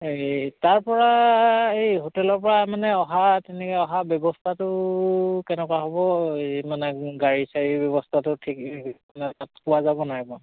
এই তাৰপৰা এই হোটেলৰ পৰা মানে অহা তেনেকৈ অহা ব্যৱস্থাটো কেনেকুৱা হ'ব এই মানে গাড়ী চাড়ীৰ ব্যৱস্থাটো ঠিক পোৱা যাব নাই বাৰু